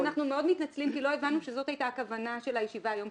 אז אנחנו מאוד מתנצלים כי לא הבנו שזאת הייתה הכוונה של הישיבה היום.